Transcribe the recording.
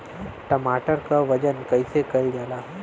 टमाटर क वजन कईसे कईल जाला?